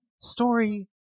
story